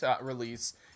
release